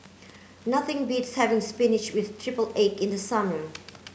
nothing beats having spinach with triple egg in the summer